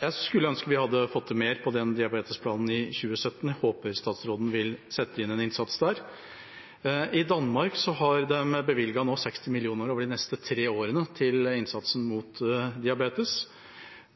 Jeg skulle ønske vi hadde fått til mer på den diabetesplanen i 2017, jeg håper statsråden vil sette inn en innsats der. I Danmark har de nå bevilget 60 mill. kr over de neste tre årene til innsatsen mot diabetes.